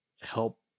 help